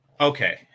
Okay